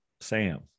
Sam